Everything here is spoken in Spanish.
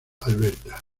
alberta